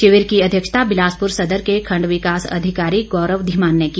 शिविर की अध्यक्षता बिलासपुर सदर के खंड विकास अधिकारी गौरव धीमान ने की